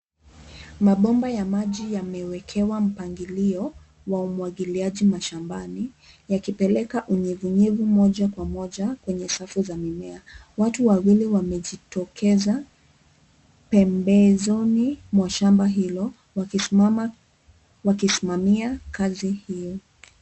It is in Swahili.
Mabomba ya maji yamewekewa mpangilio wa umwagiliaji mashambani, yakipeleka unyevunyevu moja kwa moja kwenye safu za mimea watu wawili wamejitokeza pembezoni mwa shamba hilo wakisimama wakisimamia kazi hio.